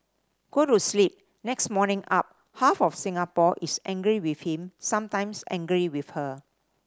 go to sleep next morning up half of Singapore is angry with him sometimes angry with her